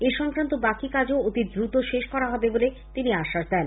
এসংক্রান্ত বাকি কাজ ও অতি দ্রুত শেষ করা হবে বলে তিনি আশ্বাস দেন